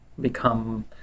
become